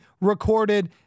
recorded